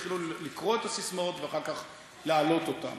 התחילו לקרוא את הססמאות ואחר כך להעלות אותן.